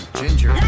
ginger